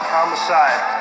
Homicide